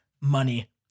money